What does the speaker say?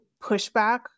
pushback